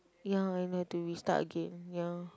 ya and have to restart again ya